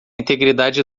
integridade